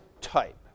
type